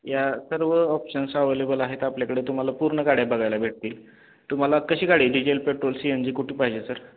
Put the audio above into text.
या सर्व options available आहेत आपल्याकडे तुम्हाला पूर्ण गाड्या बघायला भेटतील तुम्हाला कशी गाडी diesel petrol C N G कुठे पाहिजे सर